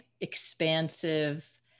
expansive